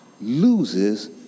loses